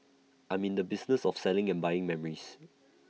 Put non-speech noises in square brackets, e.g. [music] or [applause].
I'm in the business of selling and buying memories [noise]